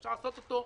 אפשר לעשות אותו,